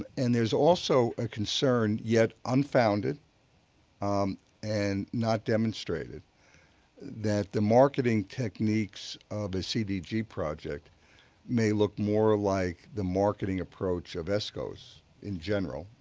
and there's also a concern unfounded and not demonstrated that the marketing techniques of a cdg project may look more like the marketing approach of escos in general,